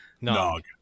Nog